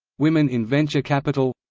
women in venture capital